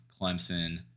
Clemson